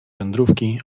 wędrówki